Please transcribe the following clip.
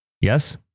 Yes